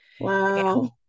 Wow